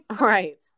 right